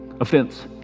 offense